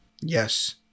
Yes